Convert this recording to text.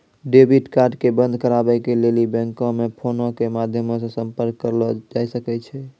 debit card के बंद कराबै के लेली बैंको मे फोनो के माध्यमो से संपर्क करलो जाय सकै छै